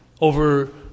over